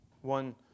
One